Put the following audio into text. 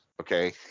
okay